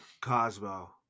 Cosmo